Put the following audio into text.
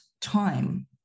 time